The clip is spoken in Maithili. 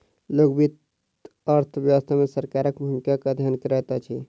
लोक वित्त अर्थ व्यवस्था मे सरकारक भूमिकाक अध्ययन करैत अछि